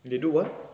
and they do what